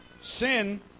sin